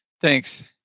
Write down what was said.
Thanks